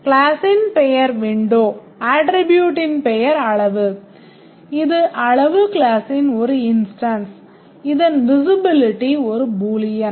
கிளாஸ்ஸின் பெயர் window attribute பெயர் அளவு இது அளவு கிளாஸ்ஸின் ஒரு instance இதன் விசிபிலிட்டி ஒரு பூலியன்